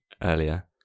earlier